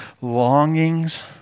longings